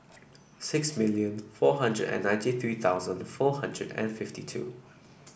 six million four hundred and ninety three thousand four hundred and fifty two